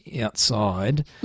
outside